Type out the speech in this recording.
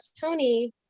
Tony